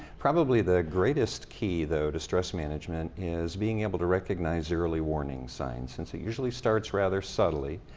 probably the greatest key, though, to stress management is being able to recognize early warning signs. since it usually starts rather subtly,